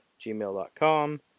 gmail.com